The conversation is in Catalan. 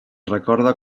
recorda